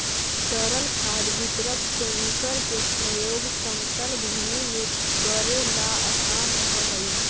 तरल खाद वितरक टेंकर के प्रयोग समतल भूमि में कऽरेला असान रहऽ हई